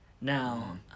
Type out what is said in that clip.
now